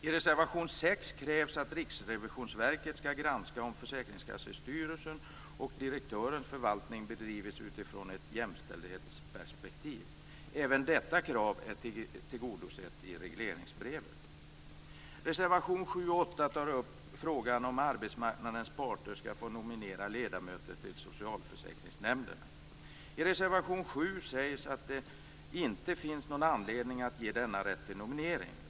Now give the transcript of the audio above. I reservation 6 krävs att Riksrevisionsverket skall granska om försäkringskassestyrelsens och direktörens förvaltning bedrivits utifrån ett jämställdhetsperspektiv. Även detta krav är tillgodosett i regleringsbrevet. Reservationerna 7 och 8 tar upp frågan om arbetsmarknadens parter skall få nominera ledamöter till socialförsäkringsnämnderna. I reservation 7 sägs att det inte finns någon anledning att ge denna rätt till nominering.